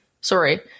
sorry